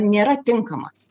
nėra tinkamas